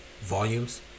volumes